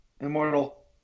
Immortal